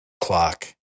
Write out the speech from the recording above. clock